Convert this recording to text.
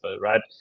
right